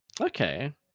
Okay